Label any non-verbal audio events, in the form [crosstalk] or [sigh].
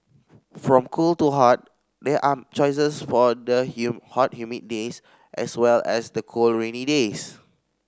from cold to hot there are choices for the [unintelligible] hot humid days as well as the cold rainy days